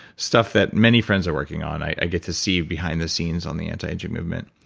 stuff that many friends are working on. i get to see behind the scenes on the antiaging movement.